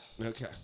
Okay